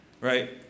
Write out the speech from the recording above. right